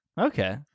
Okay